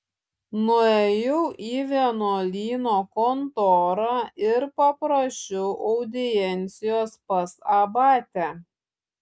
nuėjau į vienuolyno kontorą ir paprašiau audiencijos pas abatę